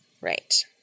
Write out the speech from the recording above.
Right